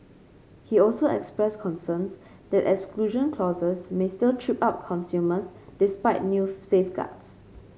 he also expressed concerns that exclusion clauses may still trip up consumers despite new safeguards